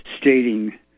stating